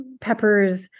peppers